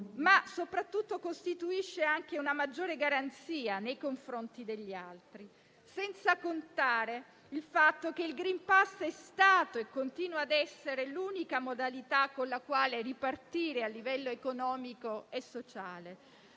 Soprattutto esso costituisce una maggiore garanzia nei confronti degli altri. Senza contare il fatto che il *green* *pass* è stato e continua ad essere l'unica modalità con la quale ripartire a livello economico e sociale.